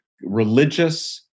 religious